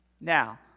Now